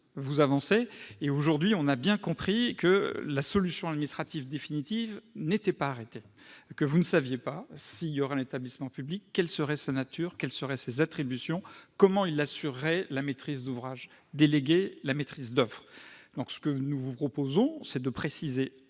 vous avancez. Aujourd'hui, on a bien compris que la solution administrative définitive n'est toujours pas arrêtée : vous ne savez pas s'il y aura un établissement public, quelles seraient sa nature et ses attributions, comment il assurerait la maîtrise d'ouvrage déléguée et la maîtrise d'oeuvre. Nous vous proposons de préciser